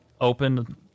open